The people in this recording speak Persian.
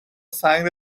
سنگ